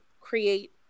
create